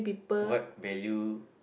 what value